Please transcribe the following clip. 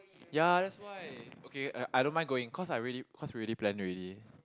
ya that's why okay I I don't mind going cause I already cause already plan already